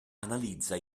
analizza